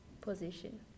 position